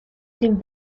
dem